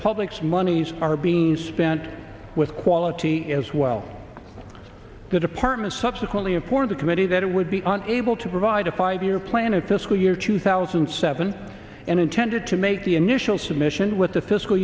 public's monies are being spent with quality as well the department subsequently appoint a committee that would be able to provide a five year plan at this school year two thousand and seven and intended to make the initial submission with the fiscal